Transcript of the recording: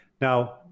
now